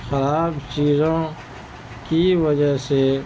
خراب چیزوں کی وجہ سے